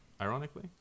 Ironically